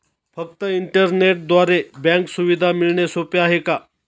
फक्त इंटरनेटद्वारे बँक सुविधा मिळणे सोपे आहे का?